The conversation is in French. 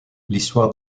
l’histoire